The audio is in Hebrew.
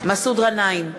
מסעוד גנאים,